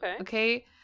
Okay